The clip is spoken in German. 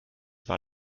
war